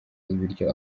ibiryo